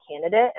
candidate